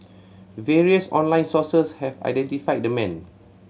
various online sources have identified the man